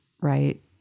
right